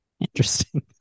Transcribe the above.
Interesting